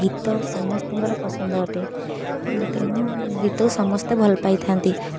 ଗୀତ ସମସ୍ତଙ୍କର ପସନ୍ଦ ଅଟେ ତେଣୁ ଗୀତ ସମସ୍ତେ ଭଲ ପାଇଥାନ୍ତି